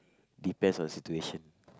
depends on situation